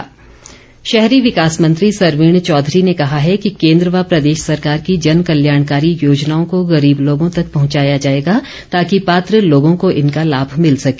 सरवीण शहरी विकास मंत्री सरवीण चौधरी ने कहा है कि केन्द्र व प्रदेश सरकार की जन कल्याणकारी योजनाओं को गरीब लोगों तक पहुंचाया जाएगा ताकि पात्र लोगों को इनका लाभ भिल सके